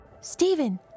Stephen